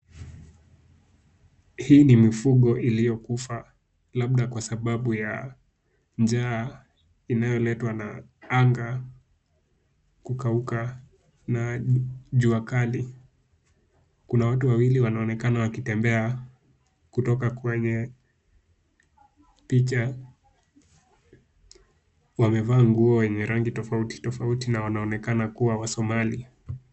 Hii ni mifugo iliyokufa labda kwa sababu ya njaa inayoletwa na anga kukauka na jua kali. Kuna watu wawili wanaonekana wakitembea kutoka kwenye picha. Wamevaa nguo yenye rangi tofauti tofauti na wanaonekana kubwa wasomali.